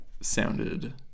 sounded